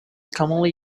commonly